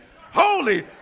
Holy